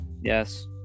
Yes